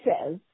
says